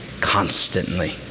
constantly